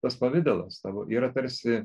tas pavidalas tavo yra tarsi